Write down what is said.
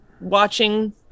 watching